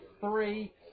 three